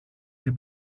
την